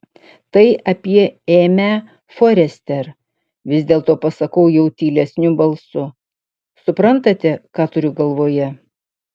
tai apie ėmę forester vis dėlto pasakau jau tylesniu balsu suprantate ką turiu galvoje